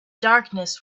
darkness